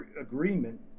agreement